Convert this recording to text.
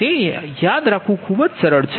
તે યાદ રાખવું સરળ છે